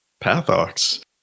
Pathox